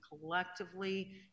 collectively